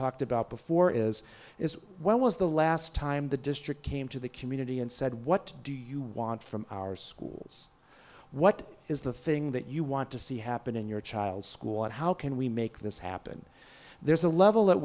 talked about before is is when was the last time the district came to the community and said what do you want from our schools what is the thing that you want to see happen in your child's school and how can we make this happen there's a level at